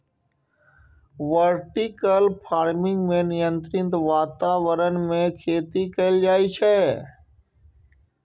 vertical farming मे नियंत्रित वातावरण मे खेती कैल जाइ छै